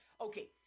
okay